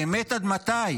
באמת, עד מתי?